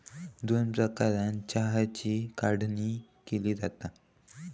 दोन प्रकारानं चहाची काढणी केली जाता